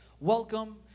Welcome